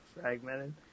fragmented